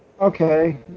Okay